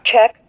Check